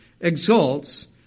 exalts